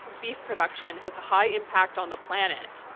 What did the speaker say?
beef production has a high impact on the planet.